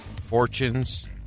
fortunes